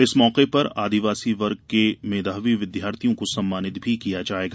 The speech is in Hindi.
इस मौके पर आदिवासी वर्ग मेधावी विद्यार्थियों को सम्मानित भी किया जायेगा